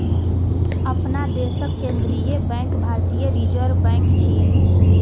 अपना देशक केंद्रीय बैंक भारतीय रिजर्व बैंक छियै